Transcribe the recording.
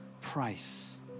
price